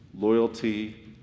loyalty